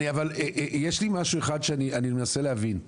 אבל יש משהו אחד שאני מנסה להבין,